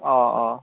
অঁ অঁ